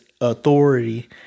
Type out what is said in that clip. authority